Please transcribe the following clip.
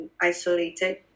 isolated